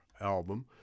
album